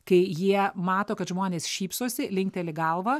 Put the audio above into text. kai jie mato kad žmonės šypsosi linkteli galvą